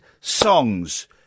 songs